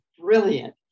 brilliant